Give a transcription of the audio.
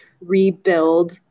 rebuild